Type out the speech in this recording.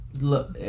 look